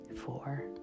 four